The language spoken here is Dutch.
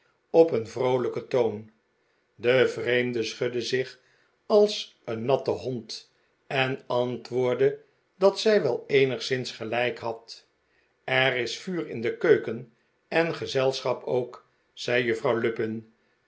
op een vroolijken toon de vreemde schudde zich als een natte hond en antwoordde dat zij wel eenigszins gelijk had er is vuur in de keuken en gezelschap ook zei juffrouw lupin